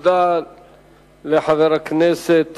תודה לחבר הכנסת